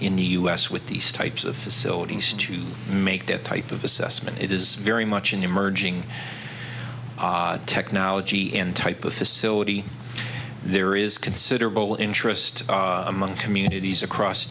in the u s with these types of facilities to make that type of assessment it is very much an emerging technology and type of facility there are is considerable interest among communities across